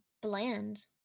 bland